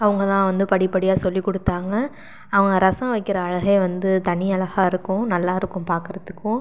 அவங்க தான் வந்து படிப்படியாக சொல்லி கொடுத்தாங்க அவங்க ரசம் வைக்கிற அழகே வந்து தனி அழகாக இருக்கும் நல்லா இருக்கும் பார்க்குறதுக்கும்